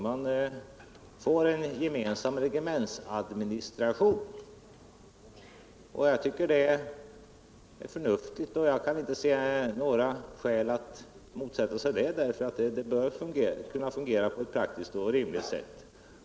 Det blir en gemensam regementsadministration. Jag tycker det är förnuftigt, och jag kan inte se några skäl för att motsätta sig det — det bör Kunna fungera på ett praktiskt och rimligt sätt.